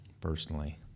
personally